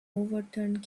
overturned